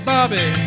Bobby